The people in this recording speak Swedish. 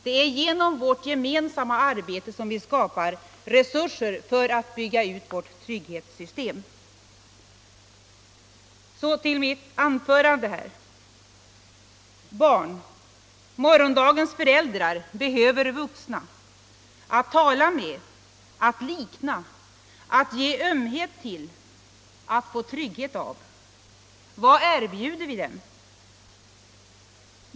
Det är genom vårt gemensamma arbete som vi skapar resurser för att bygga ut vårt trygghetssystem. Så till mitt egentliga anförande. Barn — morgondagens föräldrar — behöver vuxna, att tala med, att likna, att ge ömhet till, att få trygghet av. Vad erbjuder vi dem?